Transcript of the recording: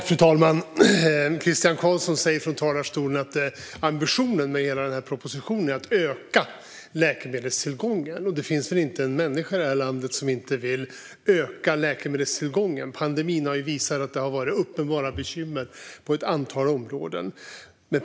Fru talman! Christian Carlsson säger i talarstolen att ambitionen med hela propositionen är att öka läkemedelstillgången. Det finns väl inte en människa i det här landet som inte vill öka läkemedelstillgången; pandemin har ju visat att det har funnits uppenbara bekymmer på ett antal områden.